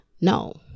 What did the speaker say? no